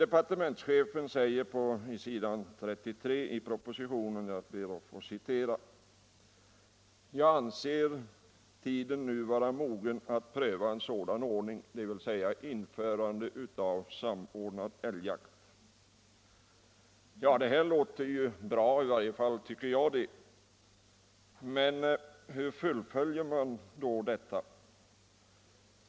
Departementschefen säger på s. 33 i propositionen angående införande av samordnad älgjakt: ”Jag anser tiden nu vara mogen att pröva en sådan ordning.” Det låter ju bra — i varje fall tycker jag det. Men hur fullföljer man då detta?